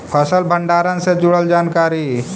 फसल भंडारन से जुड़ल जानकारी?